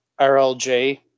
RLJ